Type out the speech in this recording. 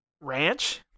ranch